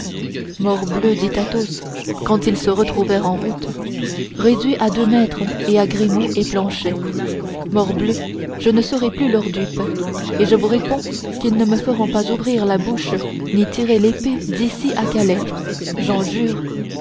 morbleu dit athos quand ils se retrouvèrent en route réduits à deux maîtres et à grimaud et planchet morbleu je ne serai plus leur dupe et je vous réponds qu'ils ne me feront pas ouvrir la bouche ni tirer l'épée d'ici à calais j'en jure